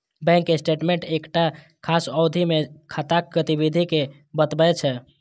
bank statement एकटा खास अवधि मे खाताक गतिविधि कें बतबै छै